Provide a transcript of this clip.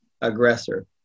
aggressor